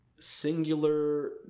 singular